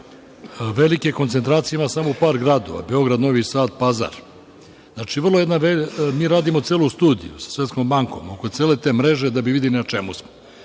Velike koncentracije ima samo u par gradova – Beograd, Novi Sad, Pazar. Mi radimo celu studiju sa Svetskom bankom, cele te mreže, da bi videli na čemu smo.